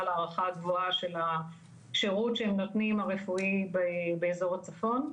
להערכה הגבוהה של השירות שהם נותנים הרפואי באזור הצפון,